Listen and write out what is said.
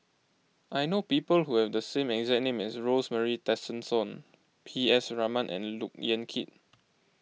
I know people who have the same exact name as Rosemary Tessensohn P S Raman and Look Yan Kit